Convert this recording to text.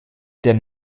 der